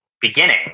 beginning